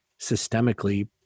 systemically